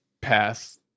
pass